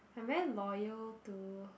I'm very loyal to